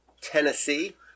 Tennessee